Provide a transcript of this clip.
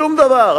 שום דבר,